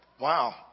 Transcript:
Wow